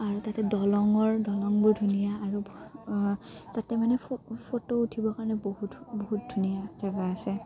আৰু তাতে দলঙৰ দলংবোৰ ধুনীয়া আৰু তাতে মানে ফটো উঠিবৰ কাৰণে বহুত বহুত ধুনীয়া জেগা আছে